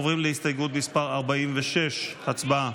עוברים להסתייגות מס' 46, הצבעה.